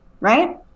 right